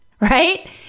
right